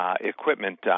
Equipment